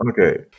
Okay